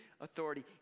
authority